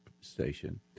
station